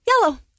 yellow